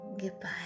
Goodbye